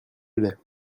lait